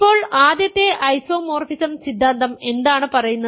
ഇപ്പോൾ ആദ്യത്തെ ഐസോമോർഫിസം സിദ്ധാന്തം എന്താണ് പറയുന്നത്